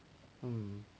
um